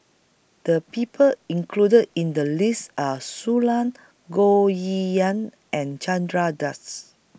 The People included in The list Are Shui Lan Goh Yihan and Chandra Das